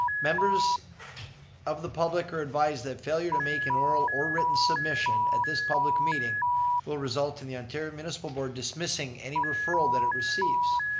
members of the public are advised that failure to make an oral or written submission at this public meeting will result in the ontario municipal board dismissing any referral that it receives.